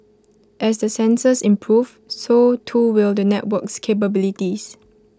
as the sensors improve so too will the network's capabilities